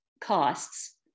costs